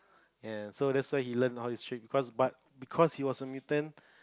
and so that's why he learnt all these tricks because but because he was a mutant